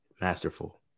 masterful